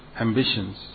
ambitions